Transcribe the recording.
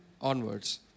onwards